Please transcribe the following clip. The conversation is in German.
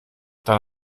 dann